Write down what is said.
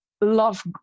love